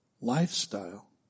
lifestyle